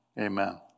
amen